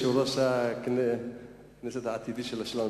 יושב-ראש הכנסת העתידי שלנו,